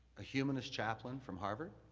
a humanist chaplain from harvard.